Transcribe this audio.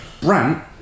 Brant